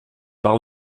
par